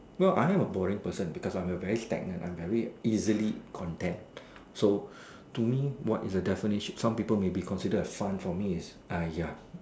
well I am a boring person because I am very stagnant I'm very easily content so to me what is the definition some people may consider it as fun to me is !aiya!